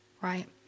right